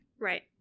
Right